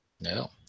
No